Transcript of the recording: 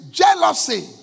jealousy